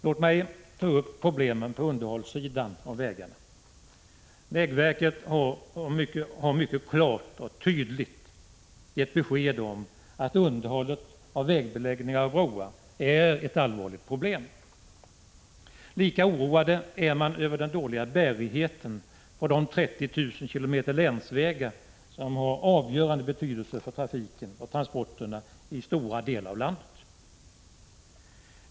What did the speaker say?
Låt mig så ta upp problemen rörande underhållet av vägarna. Vägverket har mycket klart och tydligt gett besked om att underhållet av vägbeläggningar och broar är ett allvarligt problem. Lika oroad är man över den dåliga bärigheten på de 30 000 km länsvägar som har avgörande betydelse för trafiken och transporterna i stora delar av landet.